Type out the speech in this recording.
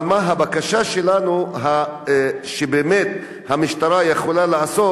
אבל מה הבקשה שלנו, שבאמת, המשטרה יכולה לעשות?